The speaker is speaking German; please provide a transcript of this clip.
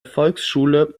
volksschule